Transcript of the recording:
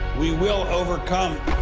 we will overcome.